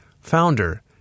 Founder